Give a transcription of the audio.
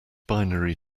binary